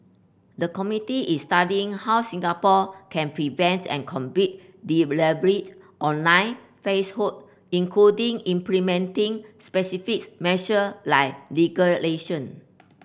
the committee is studying how Singapore can prevent and combat deliberate online falsehood including implementing specifics measure like legal